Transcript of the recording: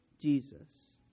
Jesus